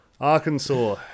Arkansas